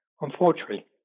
Unfortunately